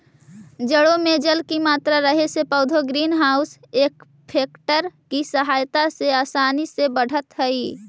जड़ों में जल की मात्रा रहे से पौधे ग्रीन हाउस इफेक्ट की सहायता से आसानी से बढ़त हइ